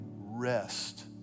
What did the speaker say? rest